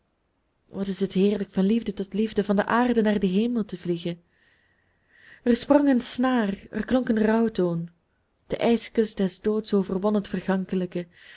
wat is het heerlijk van liefde tot liefde van de aarde naar den hemel te vliegen er sprong een snaar er klonk een rouwtoon de ijskus des doods